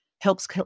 helps